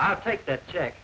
i'll take that check